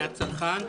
מהצרכן.